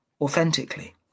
authentically